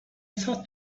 thought